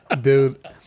Dude